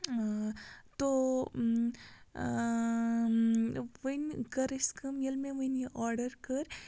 تو وۄنۍ کٔر اَسہِ کٲم ییٚلہِ مےٚ وٕنۍ یہِ آرڈَر کٔر